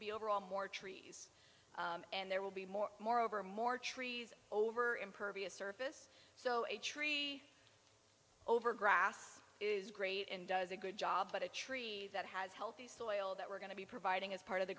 be overall more trees and there will be more more over more trees over impervious surface so a tree over grass is great and does a good job but a tree that has healthy soil that we're going to be providing as part of the